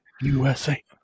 USA